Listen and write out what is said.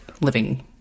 living